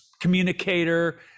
communicator